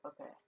Okay